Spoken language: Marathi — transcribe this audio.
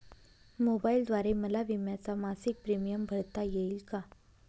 मोबाईलद्वारे मला विम्याचा मासिक प्रीमियम भरता येईल का?